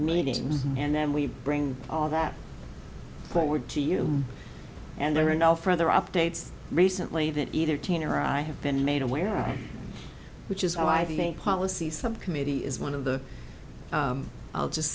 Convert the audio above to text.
meetings and then we bring all that forward to you and there are no further updates recently that either teen or i have been made aware of which is why the policy subcommittee is one of the i'll just